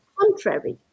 contrary